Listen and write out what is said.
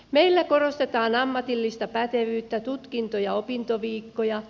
meillä korostetaan ammatillista pätevyyttä tutkinto ja opintoviikkoja